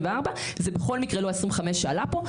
זה בכל מקרה לא 2025 שעלה פה,